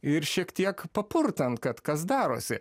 ir šiek tiek papurtant kad kas darosi